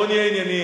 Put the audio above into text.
בואו נהיה ענייניים.